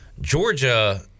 georgia